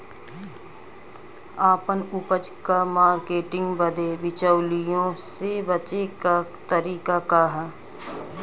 आपन उपज क मार्केटिंग बदे बिचौलियों से बचे क तरीका का ह?